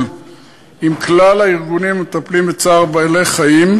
עם כלל הארגונים המטפלים בצער בעלי-חיים.